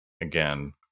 again